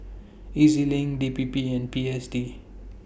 E Z LINK D P P and P S D